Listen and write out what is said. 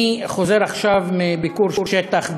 אני חוזר עכשיו מביקור שטח בג'סר-א-זרקא,